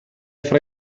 fra